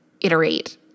iterate